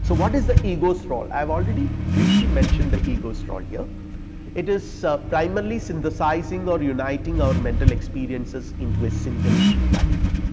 so what is the egos role? i have already briefly mention the egos role here it is so primarily synthesizing or uniting our mental experiences into a single life.